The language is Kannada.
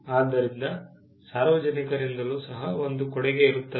ಆದ್ದರಿಂದ ಸಾರ್ವಜನಿಕರಿಂದಲೂ ಸಹ ಒಂದು ಕೊಡುಗೆ ಇರುತ್ತದೆ